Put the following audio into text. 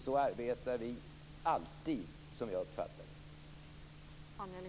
Så arbetar vi alltid, som jag uppfattar det.